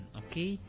okay